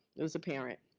it was apparent.